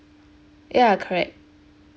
ya correct